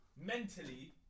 Mentally